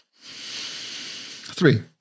Three